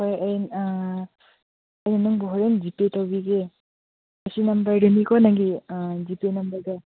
ꯍꯣꯏ ꯑꯩ ꯑꯩꯅ ꯅꯪꯕꯨ ꯍꯣꯔꯦꯟ ꯖꯤ ꯄꯦ ꯇꯧꯕꯤꯒꯦ ꯑꯁꯤ ꯅꯝꯕꯔꯗꯅꯤꯀꯣ ꯅꯪꯒꯤ ꯖꯤ ꯄꯦ ꯅꯝꯕꯔꯗꯣ